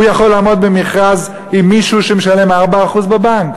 הוא יכול לעמוד במכרז עם מישהו שמשלם 4% בבנק?